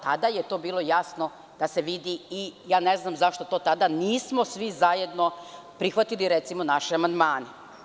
Tada je to bilo jasno da se vidi, ne znam zašto tada nismo svi zajedno prihvatili, recimo, naše amandmane.